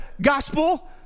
gospel